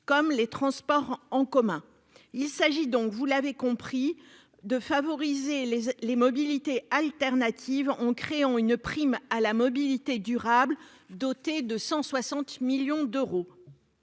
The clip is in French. comme les transports en commun. Il s'agit donc, vous l'aurez compris, de favoriser les mobilités de substitution, en créant une prime à la mobilité durable dotée de 160 millions d'euros.